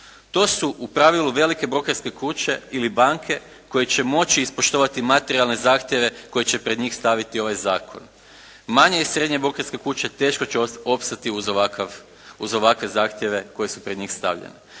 To su u pravilu velike brokerske kuće ili banke koje će moći ispoštovati materijalne zahtjeve koje će pred njih staviti ovaj zakon. Manje i srednje brokerske kuće teško će opstati uz ovakve zahtjeve koji su pred njih stavljene.